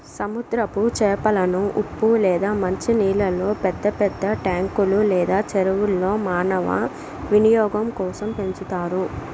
సముద్రపు చేపలను ఉప్పు లేదా మంచి నీళ్ళల్లో పెద్ద పెద్ద ట్యాంకులు లేదా చెరువుల్లో మానవ వినియోగం కోసం పెంచుతారు